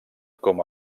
com